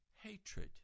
hatred